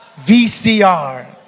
VCR